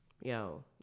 yo